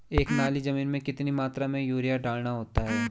एक नाली जमीन में कितनी मात्रा में यूरिया डालना होता है?